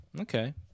Okay